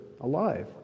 alive